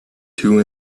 two